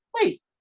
wait